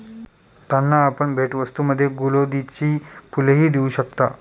त्यांना आपण भेटवस्तूंमध्ये गुलौदीची फुलंही देऊ शकता